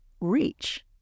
reach